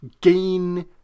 gain